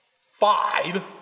five